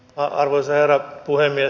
arvoisa herra puhemies